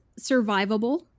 survivable